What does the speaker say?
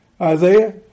Isaiah